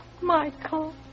Michael